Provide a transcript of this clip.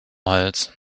hals